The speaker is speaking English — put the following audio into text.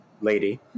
lady